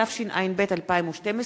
התשע"ב 2012,